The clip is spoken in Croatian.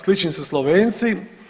Slični su Slovenci.